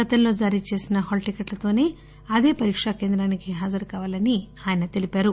గతంలో జారీచేసిన హాల్టికెట్లతోనే అదే పరీకా కేంద్రానికి హాజరుకావాలని తెలిపారు